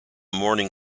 morning